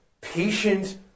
patient